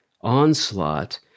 onslaught